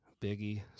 Biggie